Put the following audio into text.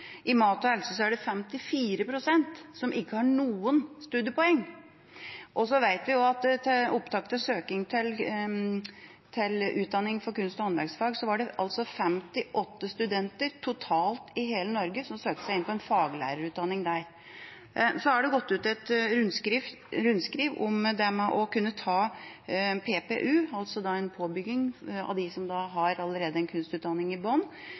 Så vet vi også at ved opptaket til utdanning for kunst og håndverksfag var det 58 studenter totalt i hele Norge som søkte seg inn på en faglærerutdanning. Det har gått ut et rundskriv om å kunne ta PPU, altså en påbygging, for dem som allerede har en kunstutdanning i bunn,